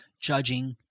judging